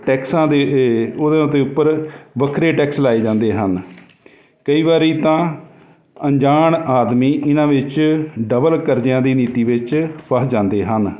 ਟੈਕਸਾਂ ਦੇ ਇਹ ਉਹਦੇ ਉੱਤੇ ਉੱਪਰ ਵੱਖਰੇ ਟੈਕਸ ਲਾਏ ਜਾਂਦੇ ਹਨ ਕਈ ਵਾਰੀ ਤਾਂ ਅਣਜਾਣ ਆਦਮੀ ਇਹਨਾਂ ਵਿੱਚ ਡਬਲ ਕਰਜ਼ਿਆਂ ਦੀ ਨੀਤੀ ਵਿੱਚ ਫਸ ਜਾਂਦੇ ਹਨ